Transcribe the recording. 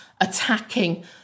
attacking